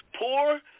poor